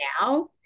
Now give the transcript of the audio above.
now